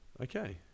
Okay